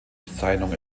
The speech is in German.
bezeichnung